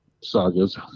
sagas